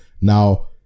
Now